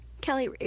Kelly